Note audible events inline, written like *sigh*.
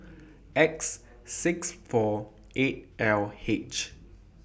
*noise* X six four eight L H